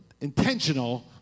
intentional